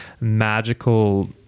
magical